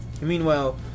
Meanwhile